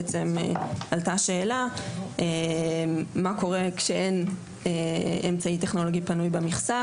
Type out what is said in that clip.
עלתה שאלה מה קורה כשאין אמצעי טכנולוגי פנוי במכסה,